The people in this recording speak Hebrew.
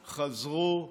חזרו,